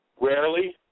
Rarely